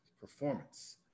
Performance